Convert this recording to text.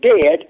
dead